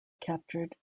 captured